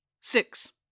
Six